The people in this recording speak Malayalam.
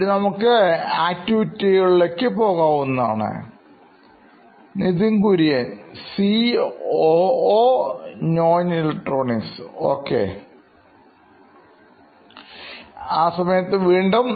ഇനി നമുക്ക് ആക്ടിവിറ്റിലേക്ക് പോകാവുന്നതാണ് Nithin Kurian COO Knoin Electronics Ok